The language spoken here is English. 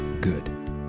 good